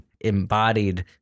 embodied